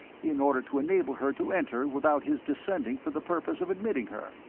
in order to enable her to enter without his descending for the purpose of admitting her.